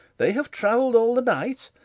they have travell'd all the night?